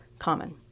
common